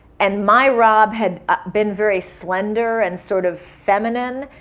and my rob had been very slender and sort of feminine.